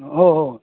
हो हो